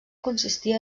consistia